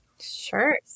Sure